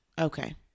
Okay